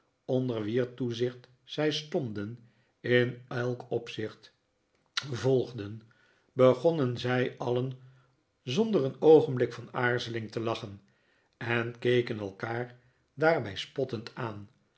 onder wier toezicht zij stonden in elk opzicht volgden begonnen zij alien zonder een oogenblik van aarzeling te lachen en keken elkaar daarbij spottend aan